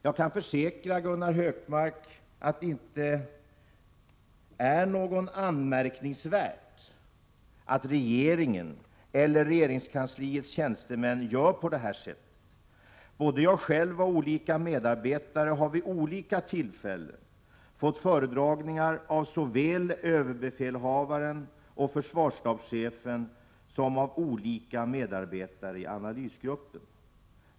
Jag kan försäkra Gunnar Hökmark att det inte är anmärkningsvärt att regeringen eller regeringskansliets tjänstemän gör på detta sätt. Både jag själv och flera medarbetare har vid olika tillfällen fått föredragningar såväl av överbefälhavaren och försvarsstabschefen som av olika deltagare i analysgruppen.